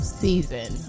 season